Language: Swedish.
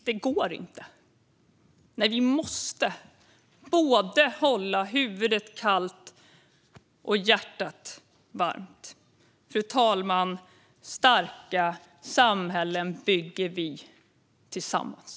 Det går inte. Nej, vi måste både hålla huvudet kallt och hjärtat varmt. Fru talman! Starka samhällen bygger vi tillsammans.